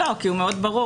לא, כי הוא מאוד ברור.